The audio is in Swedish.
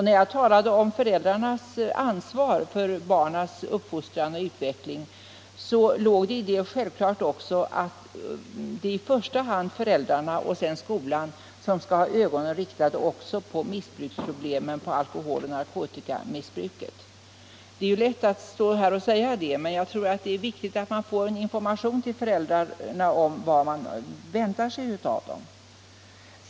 När jag talade om föräldrarnas ansvar för barnens uppfostran och utveckling låg det i det resonemanget självklart också att det är i första hand föräldrarna och i andra hand skolan som skall ha ögonen riktade också på missbruksproblemet, alkohol och narkotikamissbruket. Det är lätt att stå här och säga detta, men det är viktigt med en information till föräldrarna om vad man väntar sig av dem.